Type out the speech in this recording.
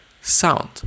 sound